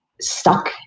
stuck